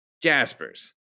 Jaspers